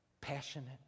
passionate